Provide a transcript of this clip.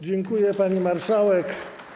Dziękuję, pani marszałek.